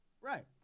right